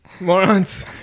Morons